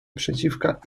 przeciwka